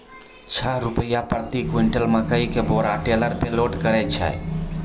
छह रु प्रति क्विंटल मकई के बोरा टेलर पे लोड करे छैय?